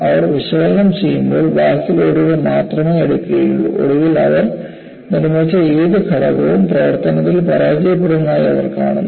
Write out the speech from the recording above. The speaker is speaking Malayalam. അവർ വിശകലനം ചെയ്യുമ്പോൾ ബാഹ്യ ലോഡുകൾ മാത്രമേ എടുക്കുകയുള്ളൂ ഒടുവിൽ അവർ നിർമ്മിച്ച ഏത് ഘടകവും പ്രവർത്തനത്തിൽ പരാജയപ്പെടുന്നതായി അവർ കാണുന്നു